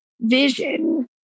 vision